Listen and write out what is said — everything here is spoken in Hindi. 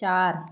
चार